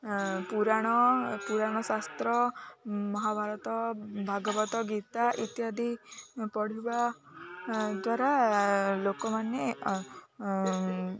ପୁରାଣ ପୁରାଣ ଶାସ୍ତ୍ର ମହାଭାରତ ଭାଗବତ ଗୀତା ଇତ୍ୟାଦି ପଢ଼ିବା ଦ୍ୱାରା ଲୋକମାନେ